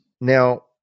Now